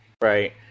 right